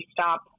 stop